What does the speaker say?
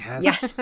yes